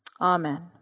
Amen